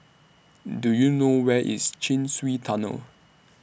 Do YOU know Where IS Chin Swee Tunnel